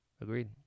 Agreed